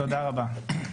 תודה רבה.